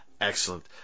Excellent